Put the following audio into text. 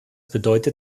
bedeutet